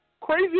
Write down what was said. Crazy